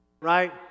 Right